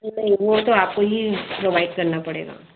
नहीं नहीं वह तो आपको ही प्रोवाइड करना पड़ेगा